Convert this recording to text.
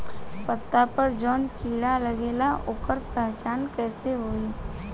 पत्ता पर जौन कीड़ा लागेला ओकर पहचान कैसे होई?